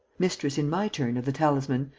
mistress in my turn of the talisman,